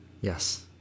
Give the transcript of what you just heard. Yes